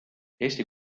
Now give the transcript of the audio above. eesti